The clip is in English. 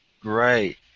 Great